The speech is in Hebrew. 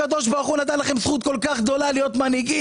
הקדוש ברוך הוא נתן לכם זכות כל כך גדולה להיות מנהיגים,